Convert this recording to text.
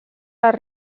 les